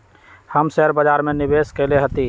हम शेयर बाजार में निवेश कएले हती